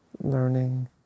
learning